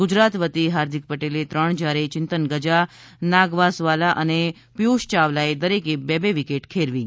ગુજરાત વતી ફાર્દિક પટેલે ત્રણ જ્યારે ચિંતન ગજા નાગવાસવાલા અને પિયુષ યાવલાએ દરેકે બે બે વિકેટ ખેરવી હતી